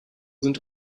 sind